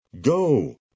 Go